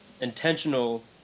intentional